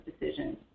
decisions